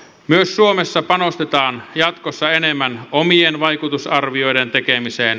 myös suomessa panostetaan jatkossa enemmän omien vaikutusarvioiden tekemiseen